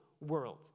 world